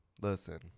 Listen